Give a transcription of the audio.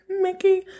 Mickey